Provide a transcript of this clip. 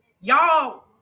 Y'all